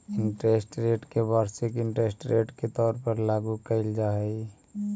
interest rate के वार्षिक interest rate के तौर पर लागू कईल जा हई